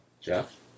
Jeff